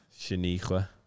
Shaniqua